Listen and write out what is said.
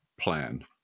plan